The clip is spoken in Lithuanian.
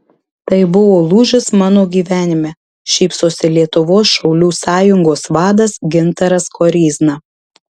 tai buvo lūžis mano gyvenime šypsosi lietuvos šaulių sąjungos vadas gintaras koryzna